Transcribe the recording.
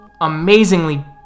amazingly